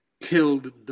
killed